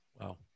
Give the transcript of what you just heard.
Wow